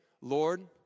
Lord